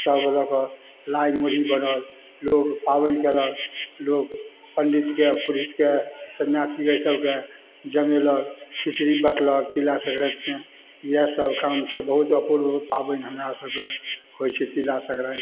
सब लऽ कऽ लाइ मुढ़ी बनल लोग पाबनि कएलक लोक पण्डितके पुरहितके संन्यासीके ईसबके जमेलक खिचड़ी बाँटलक तिला सङ्क्रातिमे इएहसब काम छै बहुत अपूर्व पाबनि हमरासभके होइ छै तिला सङ्क्राति